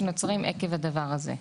שנוצרים עקב הדבר הזה.